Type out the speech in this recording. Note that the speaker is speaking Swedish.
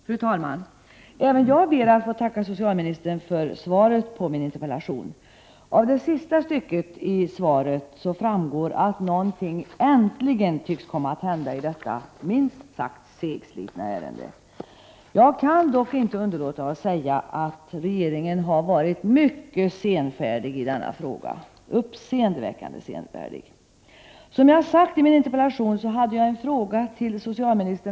Fru talman! Även jag ber att få tacka socialministern för svaret på min interpellation. Av det sista stycket i det skrivna svaret framgår att något äntligen tycks komma att hända i detta minst sagt segslitna ärende. Jag kan dock inte underlåta att säga att regeringen har varit mycket senfärdig, uppseendeväckande senfärdig, i denna fråga. .